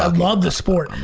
um love the sport.